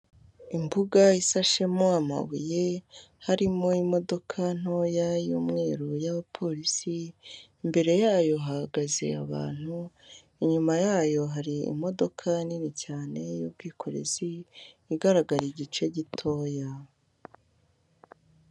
Imbuga isashemo amabuye harimo imodoka ntoya y'umweru y'abapolisi, imbere yayo hahagaze abantu, inyuma yayo hari imodoka nini cyane y'ubwikorezi igaragara igice gitoya.